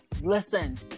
Listen